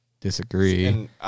Disagree